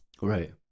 Right